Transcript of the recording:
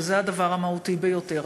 שזה הדבר המהותי ביותר,